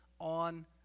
on